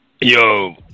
Yo